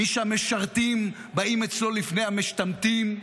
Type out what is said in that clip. מי שהמשרתים באים אצלו לפני המשתמטים,